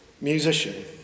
musician